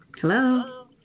Hello